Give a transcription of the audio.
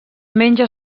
menja